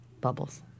Bubbles